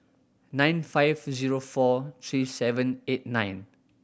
nine five zero four three seven eight nine